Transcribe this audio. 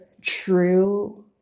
true